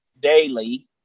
daily